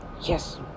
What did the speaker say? Yes